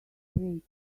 straight